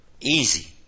easy